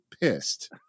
pissed